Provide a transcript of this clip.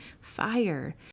fire